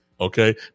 Okay